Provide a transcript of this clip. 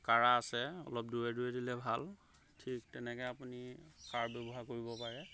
কাৰা আছে অলপ দূৰে দূৰে দিলে ভাল ঠিক তেনেকৈ আপুনি সাৰ ব্যৱহাৰ কৰিব পাৰে